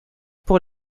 pour